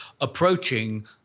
approaching